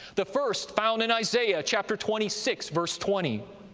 the first found in isaiah chapter twenty six, verse twenty,